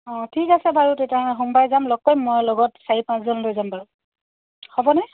অঁ ঠিক আছে বাৰু তেতিয়াহ'লে সোমবাৰে যাম লগ কৰিম মই লগত চাৰি পাঁচজন লৈ যাম বাৰু হ'বনে